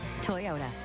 Toyota